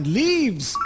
leaves